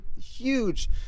huge